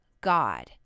God